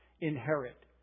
inherit